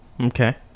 Okay